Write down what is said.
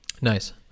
nice